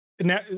now